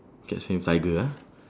cats win tiger ah